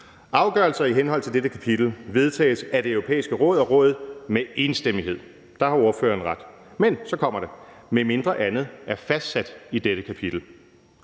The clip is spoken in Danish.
»Afgørelser i henhold til dette kapitel vedtages af Det Europæiske Råd og Rådet med enstemmighed,« – der har ordføreren ret, men så kommer det – »medmindre andet er fastsat i dette kapitel.«